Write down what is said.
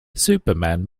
superman